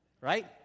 right